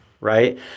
right